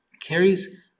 carries